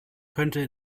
könnte